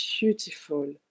beautiful